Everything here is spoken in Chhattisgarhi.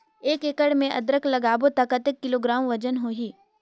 एक एकड़ मे अदरक लगाबो त कतेक किलोग्राम वजन होही?